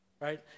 right